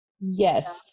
Yes